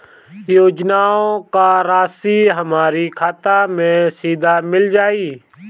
योजनाओं का राशि हमारी खाता मे सीधा मिल जाई?